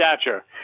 stature